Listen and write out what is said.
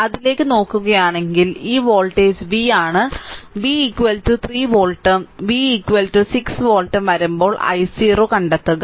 അതിലേക്ക് നോക്കുകയാണെങ്കിൽ ഈ വോൾട്ടേജ് v ആണ് v 3 വോൾട്ടും v 6 വോൾട്ടും വരുമ്പോൾ i0 കണ്ടെത്തുക